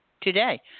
today